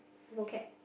vocab